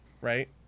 Right